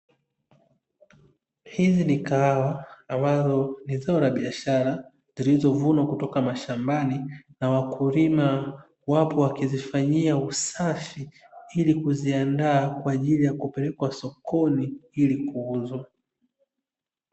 Hizi ni kahawa ambazo ni zao la biashara ambazo zilizo vunwa kutoka mashambani, na wakulima wapo wakizifanyia usafi ili kuziandaa kwa ajili ya kupelekwa sokoni ili kuuzwa.